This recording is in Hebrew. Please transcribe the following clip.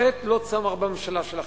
החטא לא צמח בממשלה שלכם.